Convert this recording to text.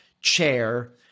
chair